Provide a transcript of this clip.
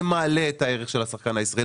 זה מעלה את הערך של השחקן הישראלי,